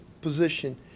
position